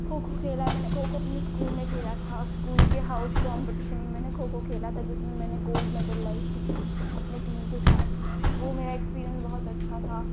खो खो खेला है मैंने खो खो अपने स्कूल में खेला था स्कूल के हाउस कॉम्पिटिशन में मैने खो खो खेला था जिसमें मैं गोल्ड मेडल लाई थी अपनी टीम के साथ वह मेरा एक्सपीरिएन्स मेरा बहुत अच्छा था